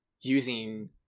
using